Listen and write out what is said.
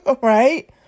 Right